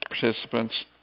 participants